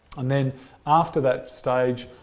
and then after that stage,